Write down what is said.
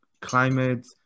climate